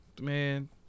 Man